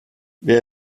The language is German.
wer